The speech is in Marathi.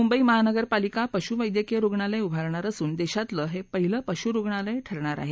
मुंबई महानगर पालिका पशु वैद्यकीय रुग्णालय उभारणार असून देशातलं हे पहिलं पशु रुग्णालय ठरणार आहे